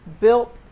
built